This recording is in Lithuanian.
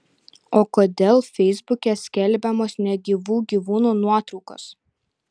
o kodėl feisbuke skelbiamos negyvų gyvūnų nuotraukos